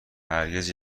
هرگز